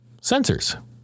sensors